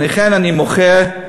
ולכן, אני מוחה.